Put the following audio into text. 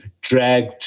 dragged